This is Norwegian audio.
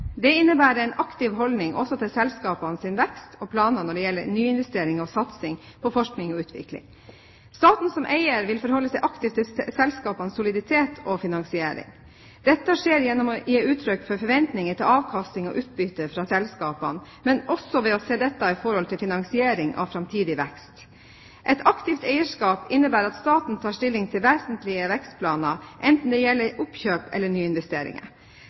Det innebærer en aktiv holdning også til selskapenes vekst og planer når det gjelder nyinvestering og satsing på forskning og utvikling. Staten som eier vil forholde seg aktivt til selskapenes soliditet og finansiering. Dette skjer gjennom å gi uttrykk for forventninger til avkastning og utbytte fra selskapene, men også ved å se dette i forhold til finansiering av framtidig vekst. Et aktivt eierskap innebærer at staten tar stilling til vesentlige vekstplaner enten det gjelder oppkjøp eller nyinvesteringer.